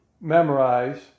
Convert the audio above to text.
memorize